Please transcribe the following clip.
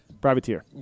privateer